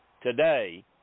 today